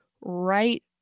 right